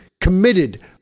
committed